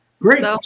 Great